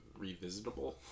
revisitable